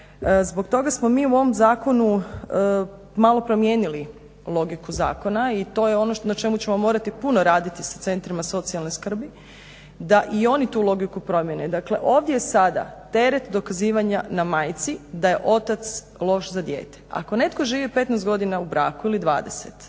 Zbog toga smo mi u ovom zakonu malo promijenili logiku zakona i to je ono na čemu ćemo morati puno raditi sa Centrima socijalne skrbi da i oni tu logiku promijene. Dakle, ovdje je sada teret dokazivanja na majci da je otac loš za dijete. Ako netko živi 15 godina u braku ili 20 taj